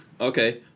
Okay